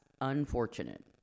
unfortunate